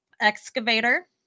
Excavator